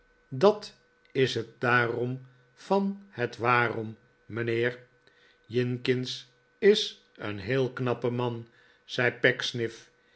dat is het daarom van het waarom mijnheer jinkins is een heel knap man zei